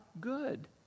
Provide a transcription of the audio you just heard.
Good